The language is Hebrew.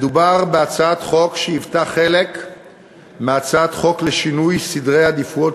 מדובר בהצעת חוק שהיוותה חלק מהצעת חוק לשינוי סדרי עדיפויות